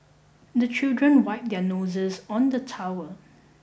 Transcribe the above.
the children wipe their noses on the towel